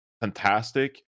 fantastic